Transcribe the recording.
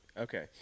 Okay